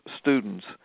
students